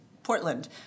Portland